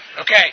Okay